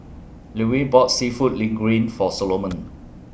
Llewellyn bought Seafood Linguine For Solomon